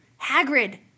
Hagrid